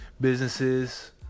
businesses